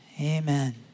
Amen